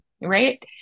right